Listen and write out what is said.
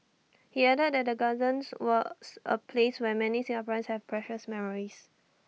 he added that the gardens was A place where many Singaporeans have precious memories